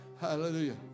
Hallelujah